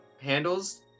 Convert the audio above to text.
handles